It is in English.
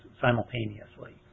simultaneously